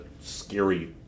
scary